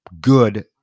good